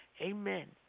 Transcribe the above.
Amen